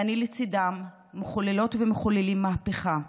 ואני לצידם, מחוללות ומחוללים מהפכה.